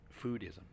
foodism